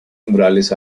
murales